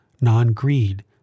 non-greed